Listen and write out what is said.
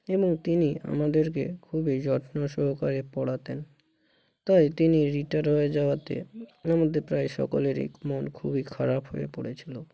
এবং তিনি আমাদেরকে খুবই যত্নসহকারে পড়াতেন তাই তিনি রিটায়ার হয়ে যাওয়াতে আমাদের প্রায় সকলেরই মন খুবই খারাপ হয়ে পড়েছিলো